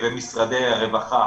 ומשרדי הרווחה,